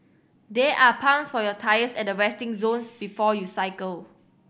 there are pumps for your tyres at the resting zone before you cycle